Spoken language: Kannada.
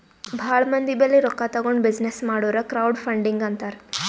ಭಾಳ ಮಂದಿ ಬಲ್ಲಿ ರೊಕ್ಕಾ ತಗೊಂಡ್ ಬಿಸಿನ್ನೆಸ್ ಮಾಡುರ್ ಕ್ರೌಡ್ ಫಂಡಿಂಗ್ ಅಂತಾರ್